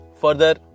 further